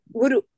guru